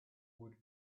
would